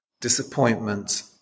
disappointment